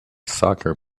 soccer